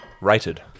rated